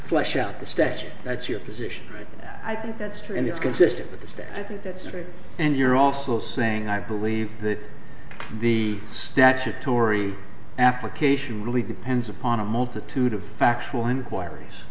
flush out the statute that's your position i think that's true and it's consistent with the state i think that's right and you're also saying i believe that the statutory application really depends upon a multitude of factual inquiries